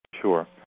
Sure